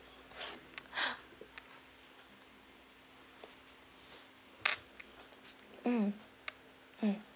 mm mm